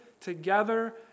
together